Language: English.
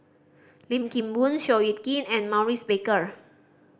Lim Kim Boon Seow Yit Kin and Maurice Baker